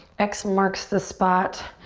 x marks the spot.